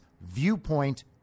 viewpoint